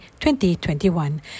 2021